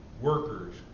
workers